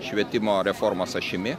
švietimo reformos ašimi